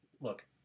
look